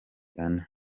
ane